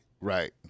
Right